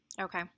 Okay